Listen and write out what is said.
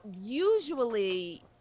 usually